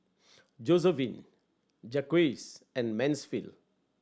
Josephine Jacquez and Mansfield